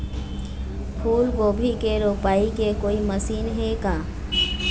फूलगोभी के रोपाई के कोई मशीन हे का?